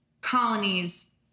colonies